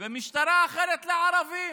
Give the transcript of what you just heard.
ומשטרה אחרת לערבים?